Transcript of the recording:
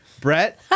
Brett